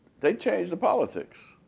they change the policy.